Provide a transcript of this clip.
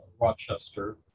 Rochester